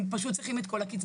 הם צריכים את כל הקצבה.